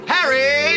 Harry